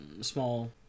small